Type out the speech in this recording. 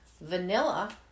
Vanilla